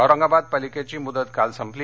औरंगाबाद पालिकेची मुदत काल संपली